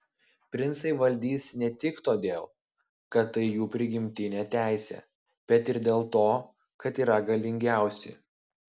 princai valdys ne tik todėl kad tai jų prigimtinė teisė bet ir dėl to kad yra galingiausi